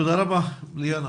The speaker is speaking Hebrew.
תודה רבה, ליאנה.